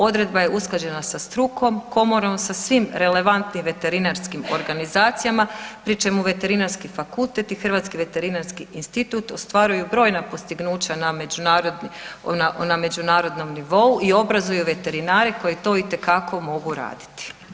Odredba je usklađena sa strukom, Komorom, sa svim relevantnim veterinarskim organizacijama, pri čemu Veterinarski fakultet i Hrvatski veterinarski institut ostvaruju brojna postignuća na međunarodnom nivou i obrazuju veterinare koji to itekako mogu raditi.